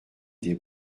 des